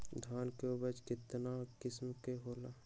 धान के उपज केतना किस्म के होला?